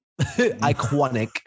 iconic